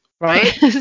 right